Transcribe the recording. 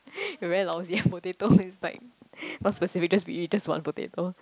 you very lousy ah potato it's like more specific just be we just want potato